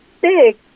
big